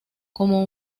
como